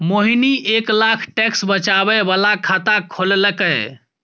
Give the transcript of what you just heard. मोहिनी एक लाख टैक्स बचाबै बला खाता खोललकै